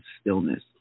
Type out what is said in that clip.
stillness